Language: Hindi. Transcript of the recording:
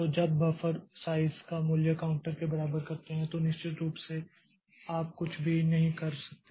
तो जब बफर साइज़ का मूल्य काउंटर के बराबर करते हैं तो निश्चित रूप से आप कुछ भी नहीं कर सकते